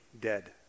dead